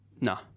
No